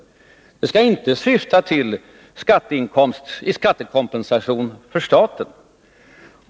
Det skall inte syfta till skattekompensation för staten.